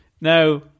Now